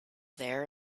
there